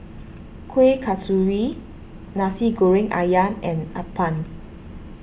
Kueh Kasturi Nasi Goreng Ayam and Appam